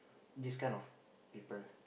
this kind of people